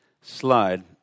slide